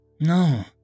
No